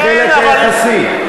חלק יחסי.